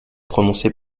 prononcée